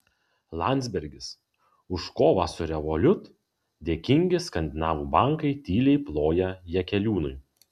landsbergis už kovą su revolut dėkingi skandinavų bankai tyliai ploja jakeliūnui